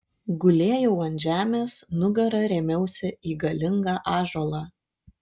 gulėjau ant žemės nugara rėmiausi į galingą ąžuolą